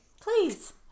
please